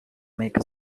make